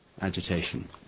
agitation